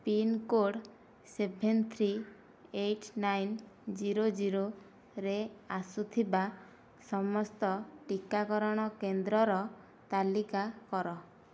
pincode seven three eight nine zero ଜିରୋରେ ଆସୁଥିବା ସମସ୍ତ ଟିକାକରଣ କେନ୍ଦ୍ରର ତାଲିକା କର